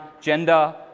gender